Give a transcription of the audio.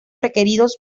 requeridos